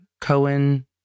Cohen